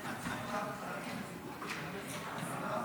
אדוני.